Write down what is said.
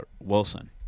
Wilson